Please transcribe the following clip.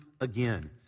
again